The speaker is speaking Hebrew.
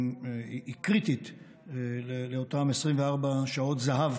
היא קריטית לאותן 24 שעות זהב,